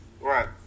Right